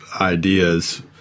ideas